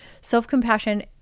Self-compassion